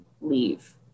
leave